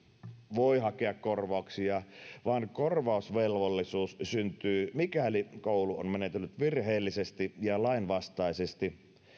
voi hakea korvauksia vaan korvausvelvollisuus syntyy mikäli koulu on menetellyt virheellisesti ja lainvastaisesti